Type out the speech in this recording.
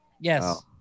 Yes